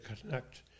connect